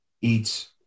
eats